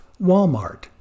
Walmart